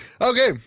Okay